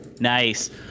Nice